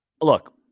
Look